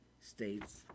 states